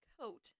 coat